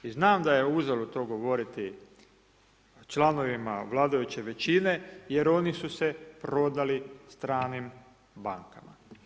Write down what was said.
I znam da je uzalud to govoriti članovima vladajuće većine jer oni su se prodali stranim bankama.